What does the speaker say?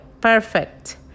perfect